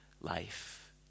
life